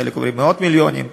חלק אומרים מאות מיליונים.